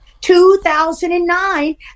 2009